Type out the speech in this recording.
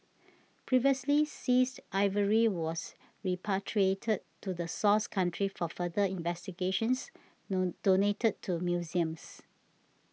previously seized ivory was repatriated to the source country for further investigations though donated to museums